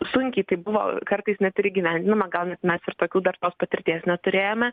sunkiai tai buvo kartais net ir įgyvendinama gal net mes ir tokių dar tos patirties neturėjome